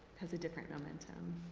has a different momentum.